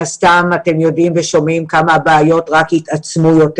הסתם אתם יודעים ושומעים כמה הבעיות התעצמו יותר.